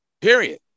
period